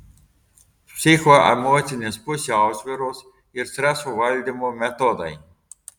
psichoemocinės pusiausvyros ir streso valdymo metodai